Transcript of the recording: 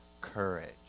Courage